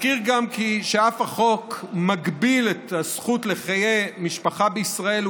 אזכיר גם שאף שהחוק מגביל את הזכות לחיי משפחה בישראל,